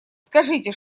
скажите